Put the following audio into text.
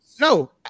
No